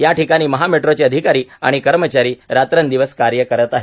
याठिकाणी महा मेट्रोचे अधिकारी आणि कर्मचारी रात्र दिवस कार्य करीत आहेत